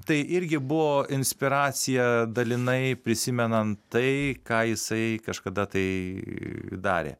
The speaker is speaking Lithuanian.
tai irgi buvo inspiracija dalinai prisimenant tai ką jisai kažkada tai darė